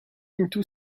into